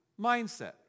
mindset